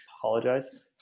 apologize